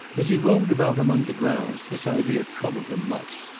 as he roamed about among the grounds this idea troubled him much.